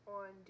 on